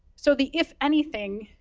so the if anything,